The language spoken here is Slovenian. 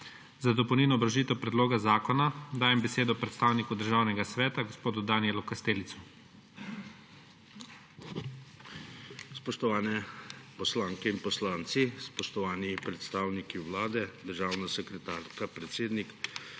Za dopolnilno obrazložitev predloga zakona dajem besedo predstavniku Državnega sveta gospodu Danijelu Kastelicu. **DANIJEL KASTELIC:** Spoštovane poslanke in poslanci, spoštovani predstavniki Vlade, državna sekretarka, predsednik!